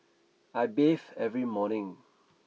I bathe every morning